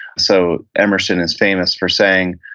so emerson is famous for saying,